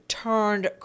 turned